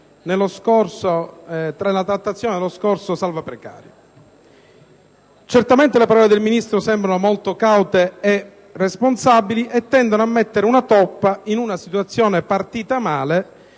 nella trattazione dello scorso decreto salva-precari. Certamente, le parole del Ministro sembrano molto caute e responsabili e tendono a mettere una toppa ad una situazione partita male